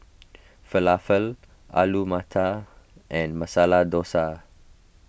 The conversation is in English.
Falafel Alu Matar and Masala Dosa